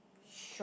shop